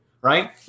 right